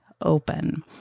open